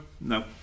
no